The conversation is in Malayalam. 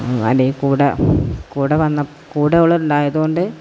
അടീകൂടെ കൂടെ കൂടെ വന്ന കൂടെ ഓള് ഉണ്ടായത് കൊണ്ട്